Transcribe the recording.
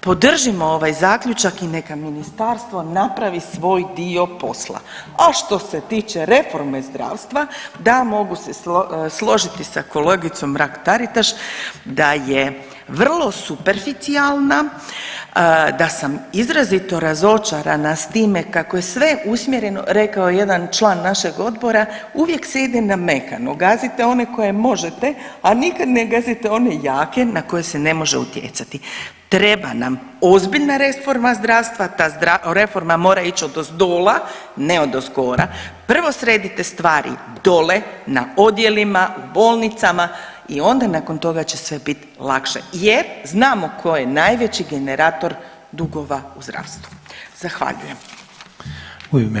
podržimo ovaj zaključak i neka ministarstvo napravi svoj dio posla, a što se tiče reforme zdravstva, da mogu se složiti sa kolegicom Mrak-Taritaš da je vrlo superficijalna, da sam izrazito razočarana s time kako je sve usmjereno, rekao je jedan član našeg odbora uvijek se ide na mekano, gazite one koje možete, a nikad ne gazite one jake na koje se ne može utjecati, treba nam ozbiljna reforma zdravstva, ta reforma mora ić odozdola, ne odozgora, prvo sredite stvari dole na odjelima u bolnicama i onda nakon toga će sve bit lakše jer znamo ko je najveći generator dugova u zdravstvu, zahvaljujem.